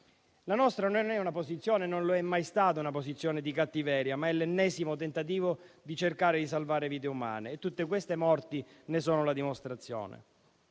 La nostra non è e non è mai stata una posizione di cattiveria, ma l'ennesimo tentativo di cercare di salvare vite umane e tutte queste morti ne sono la dimostrazione.